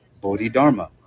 Bodhidharma